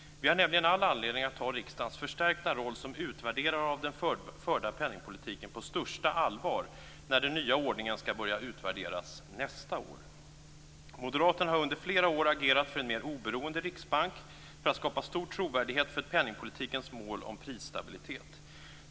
Vi har nämligen all anledning att ta riksdagens förstärkta roll som utvärderare av den förda penningpolitiken på största allvar när den nya ordningen skall börja utvärderas nästa år. Moderaterna har under flera år agerat för en mer oberoende riksbank för att skapa stor trovärdighet för penningpolitikens mål, prisstabilitet.